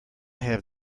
have